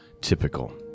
typical